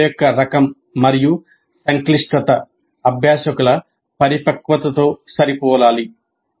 సమస్య యొక్క రకం మరియు సంక్లిష్టత అభ్యాసకుల పరిపక్వతతో సరిపోలాలి